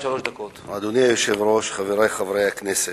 אדוני היושב-ראש, חברי חברי הכנסת,